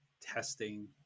testing